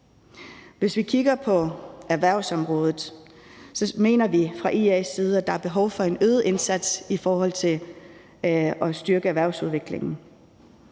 Hvis vi kigger på erhvervsområdet, mener vi fra IA's side, at der er behov for en øget indsats i forhold til at styrke erhvervsudviklingen.